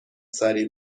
سریع